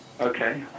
Okay